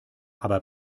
aber